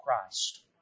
Christ